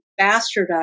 bastardized